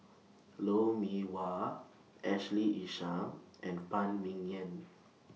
Lou Mee Wah Ashley Isham and Phan Ming Yen